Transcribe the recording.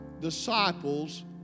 disciples